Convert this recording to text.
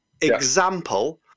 Example